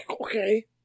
Okay